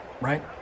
right